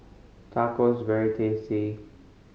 tacos is very tasty